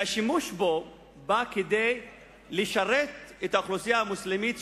והשימוש בו בא לשרת את האוכלוסייה המוסלמית,